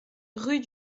rue